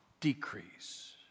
decrease